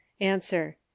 Answer